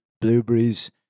blueberries